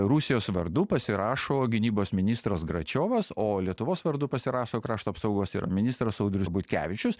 rusijos vardu pasirašo gynybos ministras gračiovas o lietuvos vardu pasirašo krašto apsaugos yra ministras audrius butkevičius